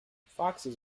foxes